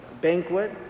banquet